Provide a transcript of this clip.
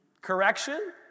Correction